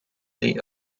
the